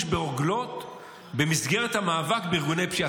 ברוגלות במסגרת המאבק בארגוני פשיעה.